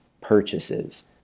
purchases